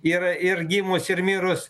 ir ir gimus ir mirus